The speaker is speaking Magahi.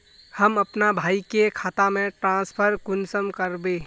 हम अपना भाई के खाता में ट्रांसफर कुंसम कारबे?